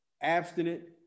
Abstinent